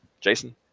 Jason